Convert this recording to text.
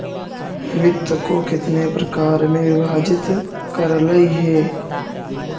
वित्त को कितने प्रकार में विभाजित करलइ हे